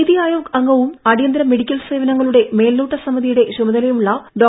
നീതി ആയോഗ് അംഗവും അടിയന്തര മെഡിക്കൽ സേവനങ്ങളുടെ മേൽനോട്ട സമിതിയുടെ ചുമതലയുമുള്ള ഡോ